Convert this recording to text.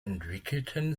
entwickelten